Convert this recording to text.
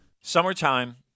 Summertime